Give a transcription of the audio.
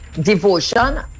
devotion